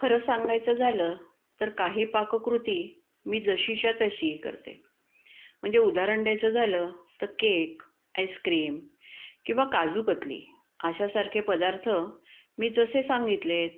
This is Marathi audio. खरं सांगायचं झालं तर काही पाककृती मी जशीच्या तशीही करते म्हणजे उदाहरण द्यायचं झालं तर केक आईस्क्रीम किंवा काजूकतली अशासारखे पदार्थ मी जसे सांगितलेत